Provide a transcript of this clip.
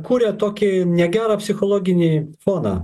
kuria tokį negerą psichologinį foną